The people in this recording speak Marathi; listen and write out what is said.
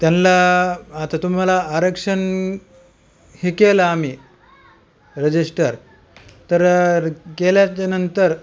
त्यांला आता तुम्हाला आरक्षण हे केलं आम्ही रजिस्टर तर केल्याच्यानंतर